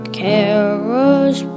carols